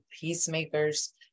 peacemakers